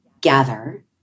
gather